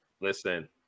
listen